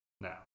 now